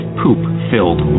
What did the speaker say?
poop-filled